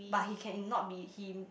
but he cannot be him